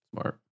Smart